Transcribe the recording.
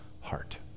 heart